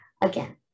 again